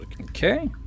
Okay